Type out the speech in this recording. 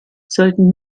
sollten